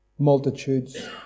Multitudes